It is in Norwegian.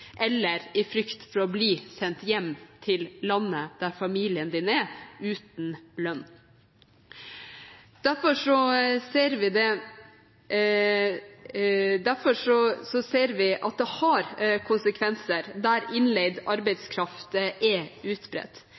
eller i frykt for å bli sendt hjem til landet der familien din er, uten lønn. Derfor ser vi at det har konsekvenser der innleid arbeidskraft er utbredt. Vi ser at det